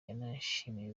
yanashimiye